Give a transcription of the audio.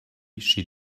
she